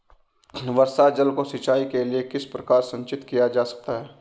वर्षा जल को सिंचाई के लिए किस प्रकार संचित किया जा सकता है?